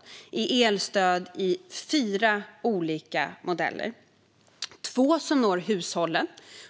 Det handlar om elstöd i fyra olika modeller. Två av dem når hushållen.